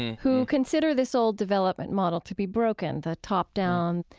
who consider this old development model to be broken, the top down.